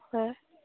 ꯍꯣꯏ